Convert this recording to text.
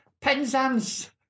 Penzance